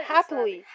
Happily